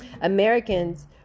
Americans